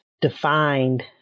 defined